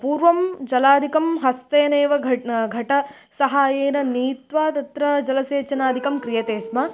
पूर्वं जलादिकं हस्तेनेव घटस्य घटस्य सहाय्येन नीत्वा तत्र जलं सेचनादिकं क्रियते स्म